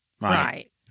Right